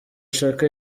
chaka